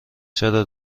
چرا